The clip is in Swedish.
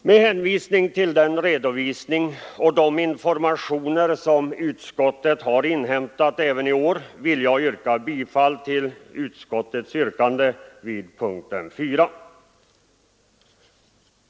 Med hänvisning till den redovisning och de informationer som utskottet har inhämtat även i år vill jag yrka bifall till utskottets hemställan i punkten 4.